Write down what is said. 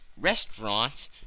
restaurants